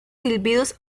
silbidos